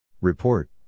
Report